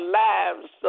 lives